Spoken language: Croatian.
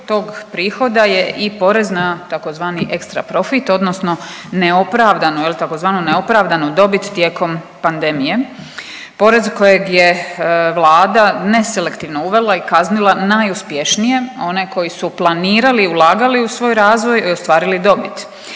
U okviru tog prihoda je i porez na tzv. ekstra profit, odnosno neopravdano, je li tzv. neopravdana dobit tijekom pandemije. Porez kojeg je Vlada neselektivno uvela i kaznila najuspješnije, a one koji su planirali, ulagali u svoj razvoj i stovarili dobit